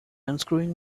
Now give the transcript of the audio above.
unscrewing